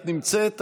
את נמצאת,